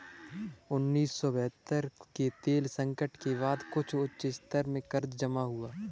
उन्नीस सौ तिहत्तर के तेल संकट के बाद कुछ उच्च स्तर के कर्ज जमा हुए